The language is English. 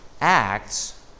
Acts